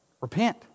Repent